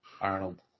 Arnold